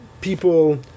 people